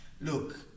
Look